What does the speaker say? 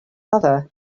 another